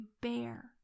bear